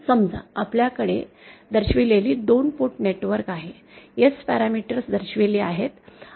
समजा आपल्याकडे येथे दर्शविलेले 2 पोर्ट नेटवर्क आहे S पॅरामीटर्स दर्शविले आहेत